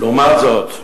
לעומת זאת,